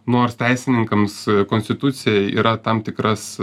nors teisininkams konstitucijoj yra tam tikras